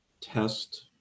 test